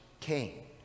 Cain